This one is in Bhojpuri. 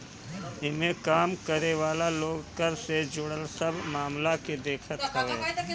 इमें काम करे वाला लोग कर से जुड़ल सब मामला के देखत हवे